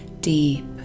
deep